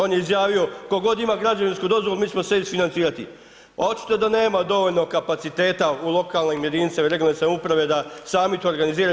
On je izjavio tko god ima građevinsku dozvolu mi ćemo sve isfinancirati, a očito da nema dovoljno kapaciteta u lokalnim jedinima regionalne samouprave da sami to organiziraju.